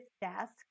desk